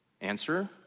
Answer